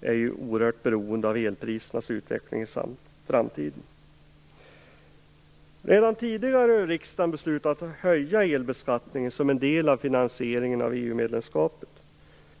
är helt beroende av elprisernas utveckling i framtiden. Redan tidigare har riksdagen beslutat höja elbeskattningen som en del av finansieringen av EU medlemskapet.